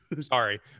sorry